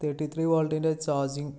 thirty three വാൾട്ടിൻ്റെ charging